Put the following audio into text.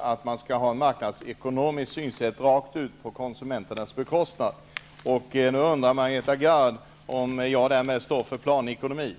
att man bör ha ett marknadsekonomiskt synsätt rakt ut på konsumenternas bekostnad. Och nu undrar Margareta Gard om jag därmed står för planekonomi.